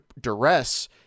duress